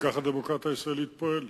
וכך הדמוקרטיה הישראלית פועלת,